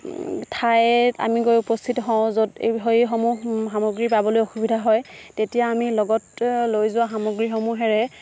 ঠাইত আমি গৈ উপস্থিত হওঁ য'ত সেইসমূহ সামগ্ৰী পাবলৈ অসুবিধা হয় তেতিয়া আমি লগত লৈ যোৱা সামগ্ৰীসমূহেৰে